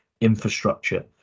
infrastructure